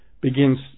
begins